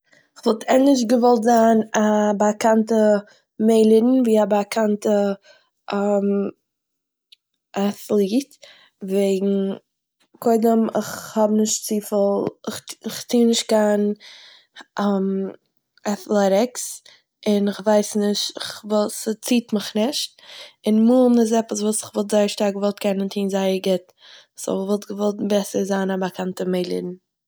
כ'וואלט ענדערש געוואלט זיין א באקאנטע מעלער ווי א באקאנטע אט'לעט וועגן קודם איך האב נישט צופיל- איך טוה נישט קיין אט'לעטיקס און איך ווייס נישט וואס ס'ציט מיך נישט, און מאלן איז עפעס וואס איך וואלט זייער שטארק געוואלט קענען טוהן זייער גוט. סו, איך וואלט געוואלט בעסער זיין א באקאנטע מעלער